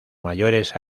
mayores